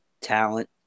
talent